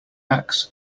axe